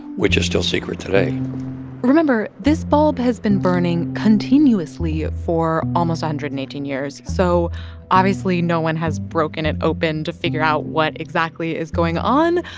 which is still secret today remember. this bulb has been burning continuously ah for almost one hundred and eighteen years. so obviously no one has broken it open to figure out what exactly is going on.